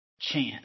chance